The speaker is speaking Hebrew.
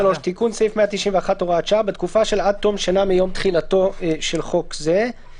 תיקון סעיף 191 הוראת שעה 3. בתקופה של עד תום שנה מתחילתו של חוק זה,